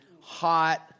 hot